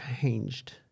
changed